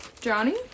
Johnny